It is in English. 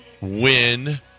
win